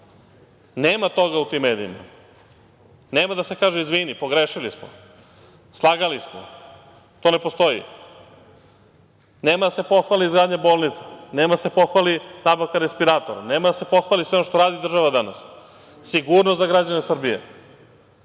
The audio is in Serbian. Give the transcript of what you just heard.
Nema toga u tim medijima, nema da se kaže - izvini, pogrešili smo, slagali smo. To ne postoji. Nema da se pohvali izgradnja bolnice, nema da se pohvali nabavka respiratora, nema da se pohvali sve ono što radi država danas. Sigurnost za građane Srbije.